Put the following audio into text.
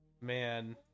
Man